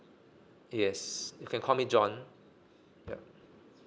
yes you can call me john ya